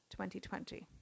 2020